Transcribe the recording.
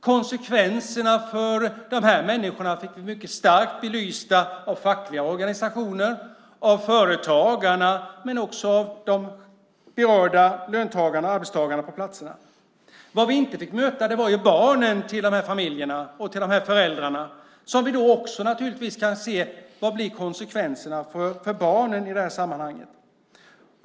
Konsekvenserna för de här människorna fick vi mycket starkt belysta av fackliga organisationer, av företagarna men också av de berörda löntagarna och arbetstagarna på arbetsplatserna. De vi inte fick möta var barnen i de här familjerna, barnen till de här föräldrarna. Vi kan då naturligtvis också se: Vad blir konsekvenserna för barnen i det här sammanhanget?